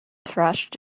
thrashed